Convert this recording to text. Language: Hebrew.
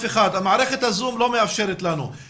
מערכת ה-זום לא מאפשרת לנו לקיים דיון כזה.